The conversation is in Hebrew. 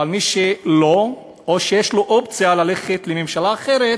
אבל מי שלא, או שיש לו אופציה ללכת לממשלה אחרת,